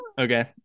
Okay